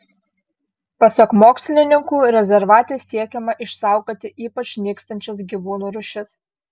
pasak mokslininkų rezervate siekiama išsaugoti ypač nykstančias gyvūnų rūšis